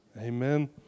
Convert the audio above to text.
Amen